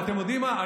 ואתם יודעים מה,